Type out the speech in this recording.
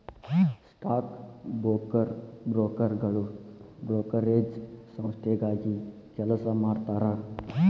stock ಬ್ರೋಕರ್ಗಳು brokerage ಸಂಸ್ಥೆಗಾಗಿ ಕೆಲಸ ಮಾಡತಾರಾ